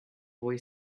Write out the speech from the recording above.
boy